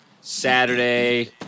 Saturday